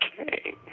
Okay